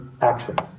actions